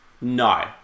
No